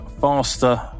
faster